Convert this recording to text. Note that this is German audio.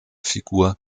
figur